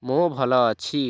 ମୁଁ ଭଲ ଅଛି